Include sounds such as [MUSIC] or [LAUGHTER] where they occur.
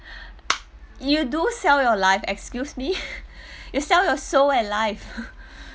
[BREATH] [NOISE] you do sell your life excuse me [LAUGHS] you sell your soul and life [LAUGHS]